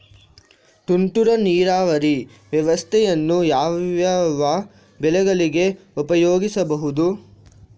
ತುಂತುರು ನೀರಾವರಿ ವ್ಯವಸ್ಥೆಯನ್ನು ಯಾವ್ಯಾವ ಬೆಳೆಗಳಿಗೆ ಉಪಯೋಗಿಸಬಹುದು?